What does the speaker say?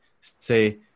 say